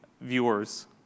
viewers